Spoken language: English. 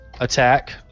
attack